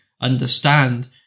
understand